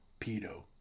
Pedo